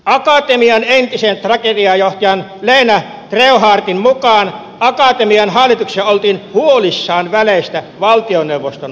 akatemian entisen strategiajohtajan leena treuthardtin mukaan akatemian hallituksessa oltiin huolissaan väleistä valtioneuvoston kansliaan